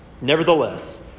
Nevertheless